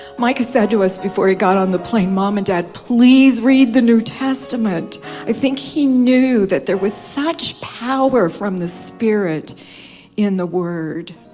mike has said to us before he got on the plane mom and dad please read the, new testament i think he knew that there, was such power from the spirit in the word